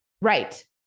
Right